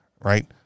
right